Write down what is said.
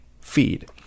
feed